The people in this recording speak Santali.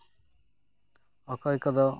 ᱚᱠᱚᱭ ᱠᱚᱫᱚ